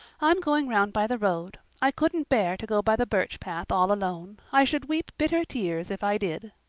i'm going round by the road. i couldn't bear to go by the birch path all alone. i should weep bitter tears if i did.